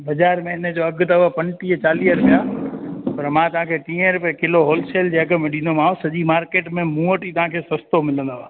बाज़ारि में हिन जो अघु अथव पंजुटीह चालीह रुपया त मां तव्हांखे टीह रुपए किलो होलसेल जे अघ में ॾींदोमांव सॼी मार्केट में मूं वटि ई तव्हांखे सस्तो मिलंदव